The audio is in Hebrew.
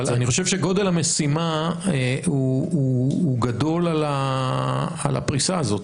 אבל אני חושב שגודל המשימה הוא גדול על הפריסה הזאת,